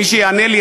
מי שיענה לי,